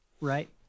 right